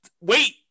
Wait